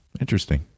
Interesting